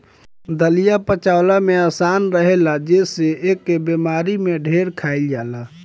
दलिया पचवला में आसान रहेला जेसे एके बेमारी में ढेर खाइल जाला